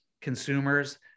consumers